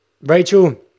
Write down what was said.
Rachel